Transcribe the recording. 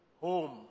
home